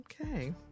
Okay